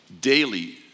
daily